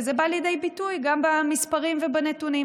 וזה בא לידי ביטוי גם במספרים ובנתונים.